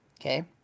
Okay